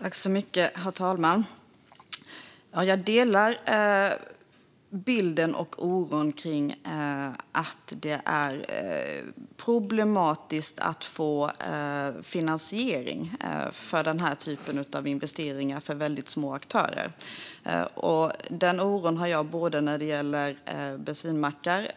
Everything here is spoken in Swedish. Herr talman! Jag delar bilden och oron för att det är problematiskt för väldigt små aktörer att få finansiering för denna typ av investeringar. Den oron har jag när det gäller både bensinmackar